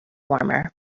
warmer